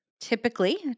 typically